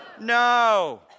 No